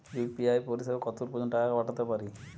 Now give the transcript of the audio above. UPI পরিসেবা কতদূর পর্জন্ত টাকা পাঠাতে পারি?